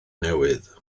newydd